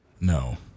No